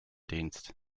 dienst